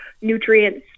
nutrients